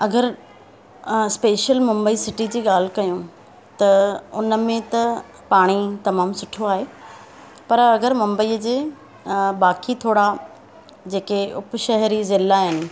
अगरि अं special Mumbai city जी ॻाल्हि कयूं त उनमें त पाणी तमामु सुठो आहे पर अगरि मुंबईअ जे अं बाक़ी थोरा जेके उपशहरी ज़िला आहिनि